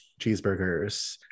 cheeseburgers